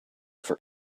for